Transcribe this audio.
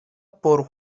por